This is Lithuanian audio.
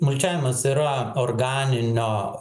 mulčiavimas yra organinio